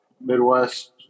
Midwest